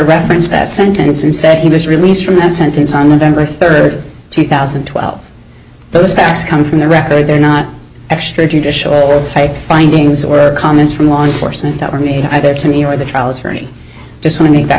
referenced that sentence and said he was released from that sentence on november third two thousand and twelve those gas come from the record they're not extrajudicial type findings or comments from law enforcement that were made either to me or the trial attorney just want to make that